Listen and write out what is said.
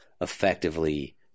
effectively